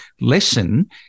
lesson